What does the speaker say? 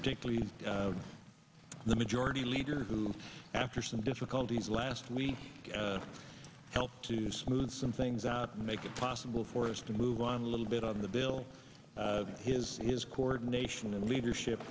particularly the majority leader who after some difficulties last week helped to smooth some things out and make it possible for us to move on a little bit of the bill he has his coordination and leadership